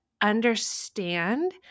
understand